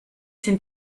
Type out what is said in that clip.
sind